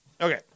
Okay